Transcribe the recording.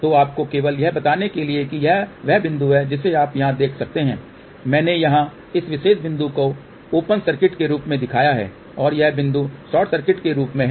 तो आपको केवल यह बताने के लिए कि यह वह बिंदु है जिसे आप यहां देख सकते हैं मैंने यहां इस विशेष बिंदु को ओपन सर्किट के रूप में दिखाया है और यह बिंदु शॉर्ट सर्किट के रूप में है